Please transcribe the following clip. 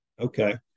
Okay